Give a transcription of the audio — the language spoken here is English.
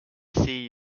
see